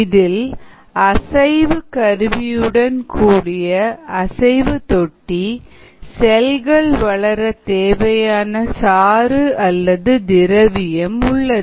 இதில் அசைவு கருவியுடன் கூடிய அசைவு தொட்டி செல்கள் வளர தேவையான சாரு அல்லது திரவியம் உள்ளது